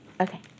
okay